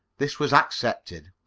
this was accepted.